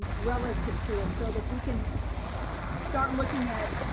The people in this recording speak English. relative to it so that we can start looking at,